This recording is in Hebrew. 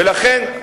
ולכן,